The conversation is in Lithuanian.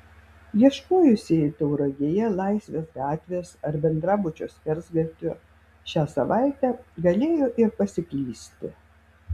ieškojusieji tauragėje laisvės gatvės ar bendrabučio skersgatvio šią savaitę galėjo ir pasiklysti